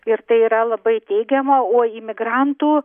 ir tai yra labai teigiama o imigrantų